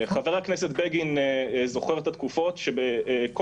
חבר הכנסת בגין זוכר את התקופות שעל